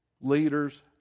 leaders